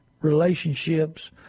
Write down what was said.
relationships